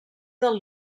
del